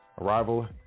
arrival